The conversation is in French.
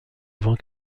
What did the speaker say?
avant